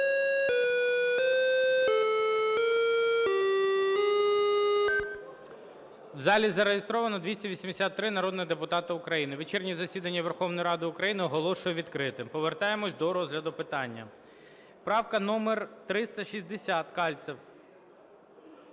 У залі зареєстровано 283 народних депутати України. Вечірнє засідання Верховної Ради України оголошую відкритим. Повертаємося до розгляду питання. Правка номер 360, Кальцев.